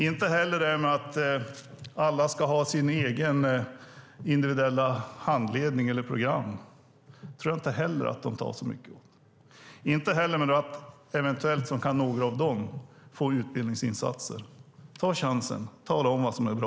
Inte heller detta med att alla ska ha sin egen individuella handledning eller sitt eget program tror jag att de tar till sig så mycket, eller att några av dem eventuellt kan få utbildningsinsatser. Ta chansen! Tala om vad som är bra!